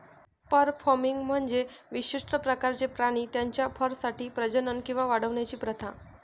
fur farming म्हणजे विशिष्ट प्रकारचे प्राणी त्यांच्या फरसाठी प्रजनन किंवा वाढवण्याची प्रथा